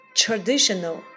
traditional